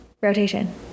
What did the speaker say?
rotation